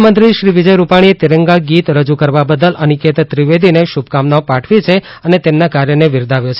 મુખ્યમંત્રી શ્રી વિજય રૂપાણીએ તિરંગા ગીત રજૂ કરવા બદલ અનિકેત ત્રિવેદીને શુભકામનાઓ પાઠવી છે અને તેમના કાર્યને બિરદાવ્યો છે